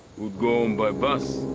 we'd go home by bus.